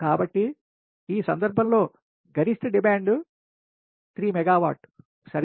కాబట్టి ఈ సందర్భంలో గరిష్ట డిమాండ్ 3 మెగావాట్లు సరే